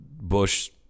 Bush